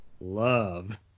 love